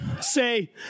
say